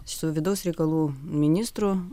su vidaus reikalų ministru